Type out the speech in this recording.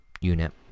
unit